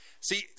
see